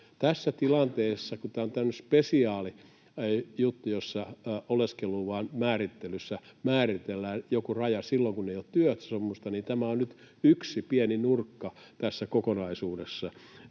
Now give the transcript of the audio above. Tässä tilanteessa, kun tämä on tämmöinen spesiaalijuttu, jossa oleskeluluvan määrittelyssä määritellään joku raja silloin, kun ei ole työehtosopimusta, tämä on nyt yksi pieni nurkka tässä kokonaisuudessa.